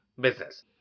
business